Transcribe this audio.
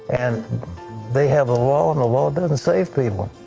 and they have a law and the law doesn't save people.